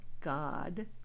god